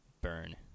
Burn